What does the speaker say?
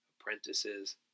apprentices